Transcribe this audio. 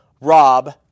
rob